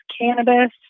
cannabis